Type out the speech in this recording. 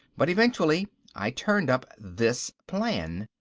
but eventually i turned up this plan.